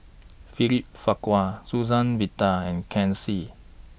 William Farquhar Suzann Victor and Ken Seet